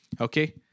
Okay